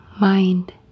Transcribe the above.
mind